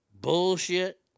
bullshit